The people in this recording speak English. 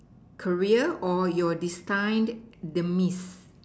career or your destined demise